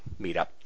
meetup